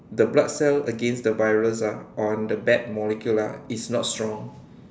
the blood cell against the virus ah on the bad molecule ah is not strong